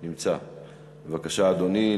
בבקשה, אדוני.